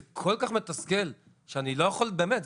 זה כל כך מתסכל, שאני לא יכול באמת.